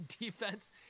defense